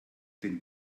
den